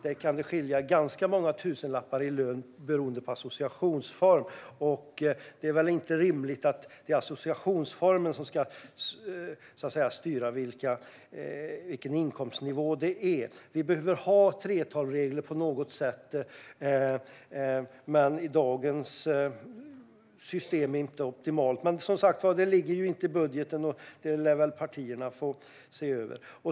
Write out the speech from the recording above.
Det kan skilja ganska många tusenlappar i lön beroende på associationsform. Det är väl inte rimligt att det är associationsformen som ska styra vilken inkomstnivå det är. Vi behöver ha 3:12-regler på något sätt. Dagens system är inte optimalt. Men, som sagt, det ligger inte i budgeten. Detta lär partierna få se över.